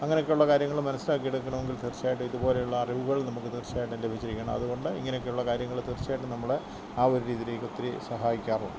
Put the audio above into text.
അങ്ങനെയൊക്കെയുള്ള കാര്യങ്ങൾ മനസ്സിലാക്കി എടുക്കണമെങ്കില് തീര്ച്ചയായിട്ടും ഇതുപോലുള്ള അറിവുകള് നമുക്ക് തീര്ച്ചയായിട്ടും ലഭിച്ചിരിക്കണം അതുകൊണ്ട് ഇങ്ങനെയൊക്കെയുള്ള കാര്യങ്ങൾ തീര്ച്ചയായിട്ടും നമ്മൾ ആ ഒരു രീതിയിലേക്കൊത്തിരി സഹായിക്കാറും